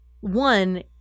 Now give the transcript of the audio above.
one